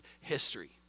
history